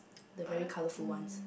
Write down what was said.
the very colourful ones